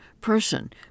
person